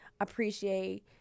appreciate